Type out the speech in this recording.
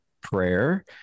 prayer